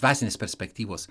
dvasinės perspektyvos